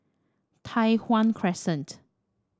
Tai Hwan Crescent